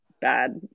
bad